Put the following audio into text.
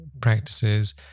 practices